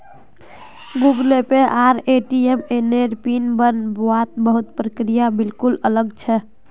Google Pay आर ATM नेर pin बन वात बहुत प्रक्रिया बिल्कुल अलग छे